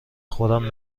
خودم